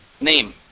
name